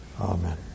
Amen